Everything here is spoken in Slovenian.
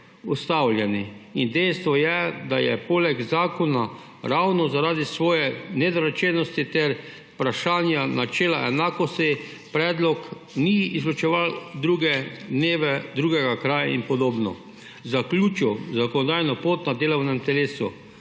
ustavljeni, in dejstvo je, da je zakon ravno zaradi svoje nedorečenosti ter vprašanja načela enakosti – predlog ni izločeval drugih dni, drugega kraja in podobno – zaključil zakonodajno pot na delovnem telesu.